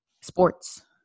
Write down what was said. sports